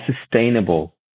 sustainable